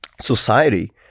society